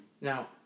Now